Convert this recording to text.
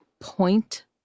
point